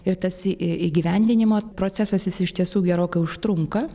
ir tas įgyvendinimo procesas jis iš tiesų gerokai užtrunka